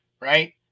Right